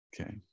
Okay